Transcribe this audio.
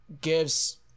gives